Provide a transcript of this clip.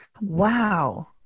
Wow